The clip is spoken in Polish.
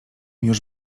już